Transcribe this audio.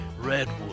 redwood